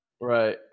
Right